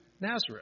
Nazareth